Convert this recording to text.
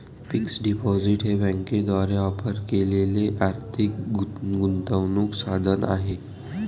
fixed deposit हे बँकांद्वारे offer केलेले आर्थिक गुंतवणूक साधन आहे